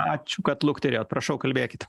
ačiū kad lukterėjot prašau kalbėkit